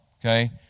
Okay